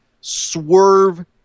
swerve